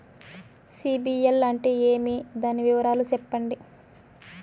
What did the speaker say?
సిబిల్ అంటే ఏమి? దాని వివరాలు సెప్పండి?